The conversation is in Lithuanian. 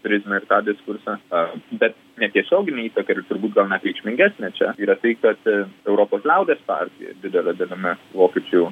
prizmę ir tą diskursą ar bet netiesioginė įtaka ir turbūt reikšmingesnė čia yra tai kad europos liaudies partija didele dalimi vokiečių